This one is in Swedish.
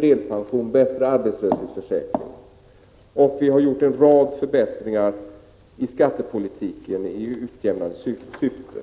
delpension och arbetslöshetsförsäkring. Vi har också gjort en rad förbättringar i skattepolitiken i utjämnande syfte.